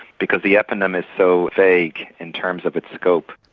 because the eponym is so vague in terms of its scope.